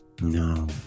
No